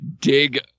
dig